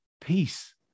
peace